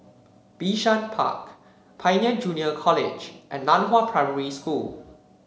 Bishan Park Pioneer Junior College and Nan Hua Primary School